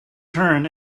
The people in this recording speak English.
turn